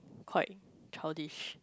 quite childish